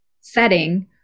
setting